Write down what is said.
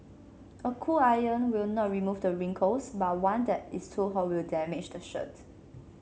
a cool iron will not remove the wrinkles but one that is too hot will damage the shirt